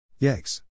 Yikes